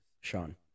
Sean